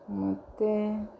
ಮತ್ತು